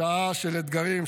בשעה של אתגרים,